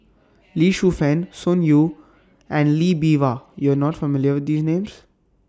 Lee Shu Fen Sun Yee and Lee Bee Wah YOU Are not familiar with These Names